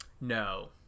No